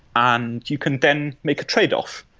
and you can then make a tradeoff.